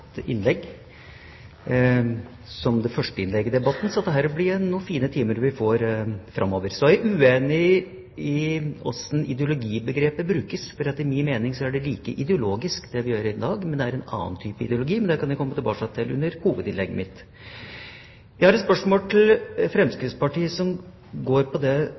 innlegg, hans første i debatten, så dette blir noen fine timer framover. Så er jeg uenig i hvordan ideologibegrepet brukes, for etter min mening er det like ideologisk det vi gjør i dag, men det er en annen type ideologi. Det kan jeg komme tilbake til i hovedinnlegget mitt. Jeg har et spørsmål til Fremskrittspartiet som går på det